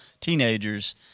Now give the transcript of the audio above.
teenagers